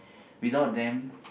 without them